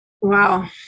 Wow